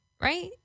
Right